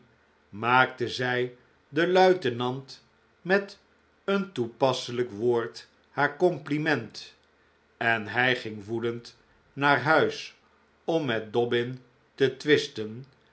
maakte zij den luitenant met een toepasselijk woord haar compliment en hij ging woedend naar huis om met dobbin te twisten